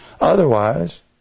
otherwise